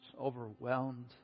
overwhelmed